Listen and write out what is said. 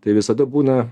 tai visada būna